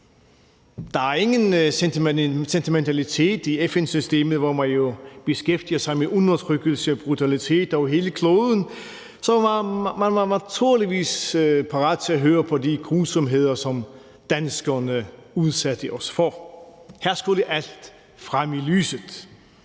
Der er ingen sentimentalitet i FN-systemet, hvor man jo beskæftiger sig med undertrykkelse og brutalitet over hele kloden, så man var naturligvis parate til at høre om de grusomheder, som danskerne udsatte os for. Her skulle alt frem i lyset.